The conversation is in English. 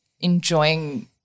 enjoying